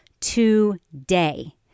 today